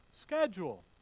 schedule